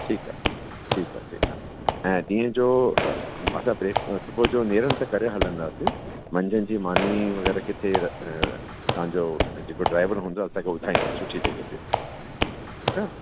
ठीकु आहे ठीकु आहे ऐं ॾींहं जो असां सुबुह जो निरंत करे हलंदासीं मंझंदि जी माञी वग़ैरह किथे तव्हांजो जेको ड्राइवर हूंदो आहे असांखे ॿुधाईंदो सुठो जॻह ते ठीकु आहे